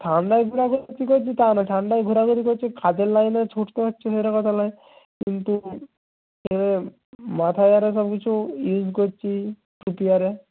ঠান্ডায় ঘোরাঘুরি করছি তা নয় ঠান্ডায় ঘোরাঘুরি করছি কাজের লাইনে ছুটতে হচ্ছে সেটা কথা নয় কিন্তু মাথায় আরে সব কিছু করছি আরে